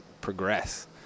progress